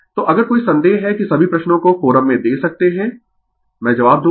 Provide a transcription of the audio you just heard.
तो अगर कोई संदेह है कि सभी प्रश्नों को फोरम में दे सकते है मैं जवाब दूंगा